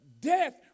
death